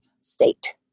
state